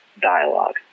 dialogue